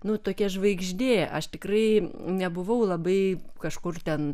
nu tokia žvaigždė aš tikrai nebuvau labai kažkur ten